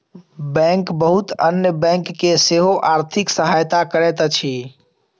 bank बहुत अन्य bank के सेहो आर्थिक सहायता करैत अछि